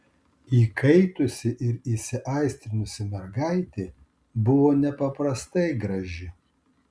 įkaitusi ir įsiaistrinusi mergaitė buvo nepaprastai graži